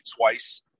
twice